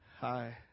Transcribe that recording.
Hi